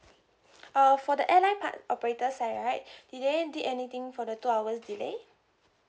uh for the airline part operator side right did they did anything for the two hours delay